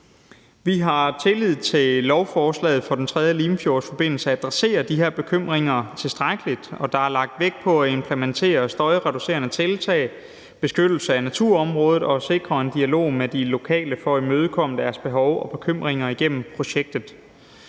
Vi har tillid til, at man i lovforslaget om Den 3. Limfjordsforbindelse adresserer de her bekymringer tilstrækkeligt, og at der er lagt vægt på at implementere støjreducerende tiltag, beskyttelse af naturområdet og sikre en dialog med de lokale for at imødekomme deres behov og bekymringer under projektet.